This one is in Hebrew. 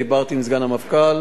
דיברתי עם סגן המפכ"ל,